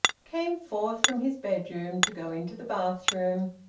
came forth from his bedroom to go into the bathroom,